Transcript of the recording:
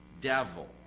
devil